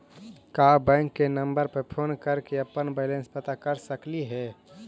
का बैंक के नंबर पर फोन कर के अपन बैलेंस पता कर सकली हे?